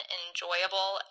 enjoyable